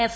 F